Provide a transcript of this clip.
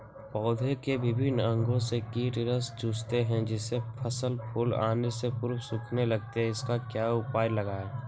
पौधे के विभिन्न अंगों से कीट रस चूसते हैं जिससे फसल फूल आने के पूर्व सूखने लगती है इसका क्या उपाय लगाएं?